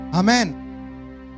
Amen